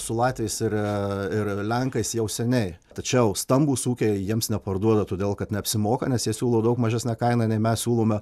su latviais ir ir lenkais jau seniai tačiau stambūs ūkiai jiems neparduoda todėl kad neapsimoka nes jie siūlo daug mažesnę kainą nei mes siūlome